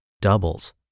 doubles